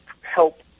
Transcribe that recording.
help